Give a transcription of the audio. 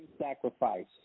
Sacrifice